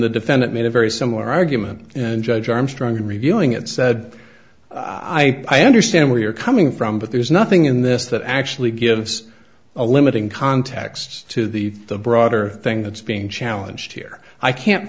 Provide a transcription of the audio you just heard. the defendant made a very similar argument and judge armstrong in reviewing it said i understand where you're coming from but there's nothing in this that actually gives a limiting context to the the broader thing that's being challenged here i can't